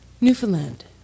Newfoundland